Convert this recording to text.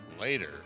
Later